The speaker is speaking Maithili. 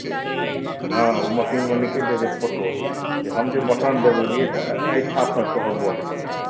हँ ओ मशीनमे निकलि जाइ छै फोटो जे हम जे बटन दबेलिए तऽ ओहि छापमे तोहर वोट गेलऽ